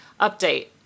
Update